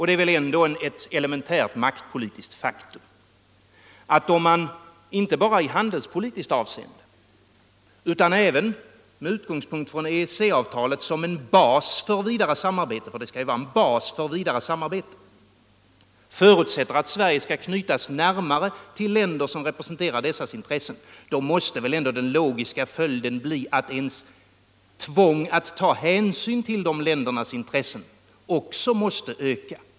Det är väl ändå ett elementärt maktpolitiskt faktum att om man inte bara i handelspolitiskt avseende utan även med utgångspunkt i EEC avtalet som en bas för vidare samarbete — det skall ju vara en bas för vidare samarbete — förutsätter att Sverige skall knytas närmare till länder som representerar denna politik, måste väl ändå den logiska följden bli att tvånget att ta hänsyn till de ländernas intressen också ökas.